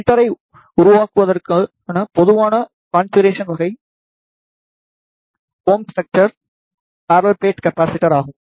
பில்டரைப் உருவாக்குவதற்கான பொதுவான காண்பிக்கரேஷன் வகை கோம்ப் ஸ்ட்ரக்ச்சரின் ப்ரெல்லல் பிளேட் கெப்பாசிட்டர் ஆகும்